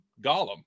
Gollum